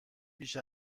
بیش